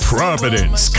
Providence